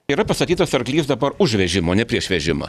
yra pastatytas arklys dabar už vežimo ne prieš vežimą